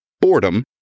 Boredom